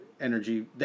energy